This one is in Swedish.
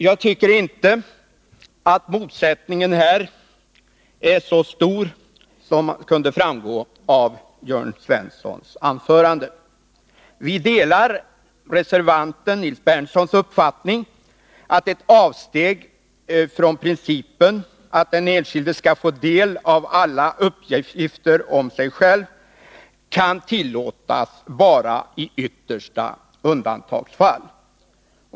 Jag tycker inte att motsättningen här är så stor som kunde framgå av Jörn Svenssons anförande. Vi delar reservantens, Nils Berndtsons, uppfattning att ett avsteg från principen att den enskilde skall få del av alla uppgifter om sig själv kan tillåtas bara i yttersta undantagsfall.